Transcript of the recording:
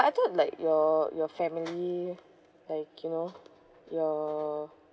but I thought like your your family like you know your